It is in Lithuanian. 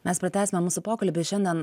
mes pratęsime mūsų pokalbį šiandien